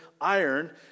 iron